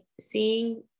seeing